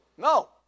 No